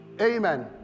Amen